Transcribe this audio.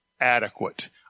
adequate